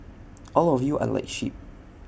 all of you are like sheep